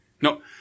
No